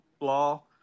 Law